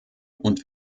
und